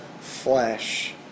flesh